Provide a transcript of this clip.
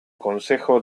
consejo